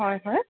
হয় হয়